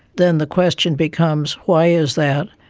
then the question becomes why is that,